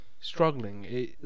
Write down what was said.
struggling